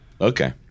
Okay